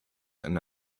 and